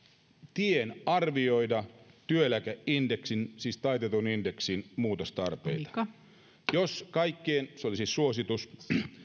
tien arvioida työeläkeindeksin siis taitetun indeksin muutostarpeita se oli siis suositus